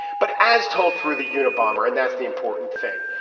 but as told through the unabomber and that's the important thing.